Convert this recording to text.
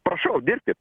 prašau dirbkit